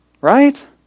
Right